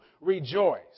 rejoice